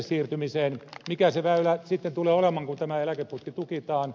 mikä se väylä sitten tulee olemaan kun tämä eläkeputki tukitaan